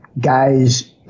guys